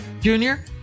Junior